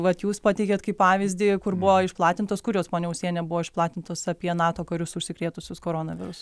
vat jūs pateikėt kaip pavyzdį kur buvo išplatintos kur jos ponia ūsiene buvo išplatintos apie nato karius užsikrėtusius koronavirusu